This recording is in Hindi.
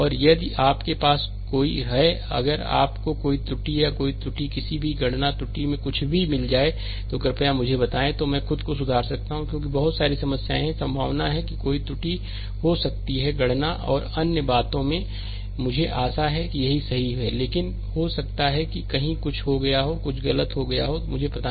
और यदि आपके पास कोई है अगर आपको कोई त्रुटि या कोई भी त्रुटि किसी भी गणना त्रुटि या कुछ भी मिल जाए तो कृपया मुझे बताएं तो मैं खुद को सुधार सकता हूं क्योंकि बहुत सारी समस्याएं हैं संभावना है कि कोई त्रुटि हो सकती है गणना और अन्य बात में मुझे आशा है कि यह सही है लेकिन हो सकता है कि कहीं कुछ हो गया हो कुछ गलत हो गया हो सकता है मुझे नहीं पता